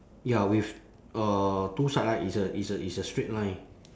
ya with uh two sideline it's a it's a it's a straight line